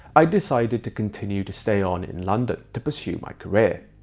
i decided to continue to stay on in london to pursue my career.